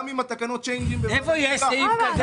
גם אם התקנות --- איפה יש סעיף כזה?